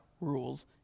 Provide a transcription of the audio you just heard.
rules